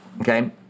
okay